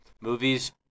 Movies